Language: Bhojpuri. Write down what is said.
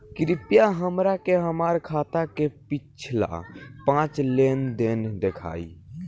कृपया हमरा के हमार खाता के पिछला पांच लेनदेन देखाईं